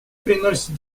приносят